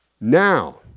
now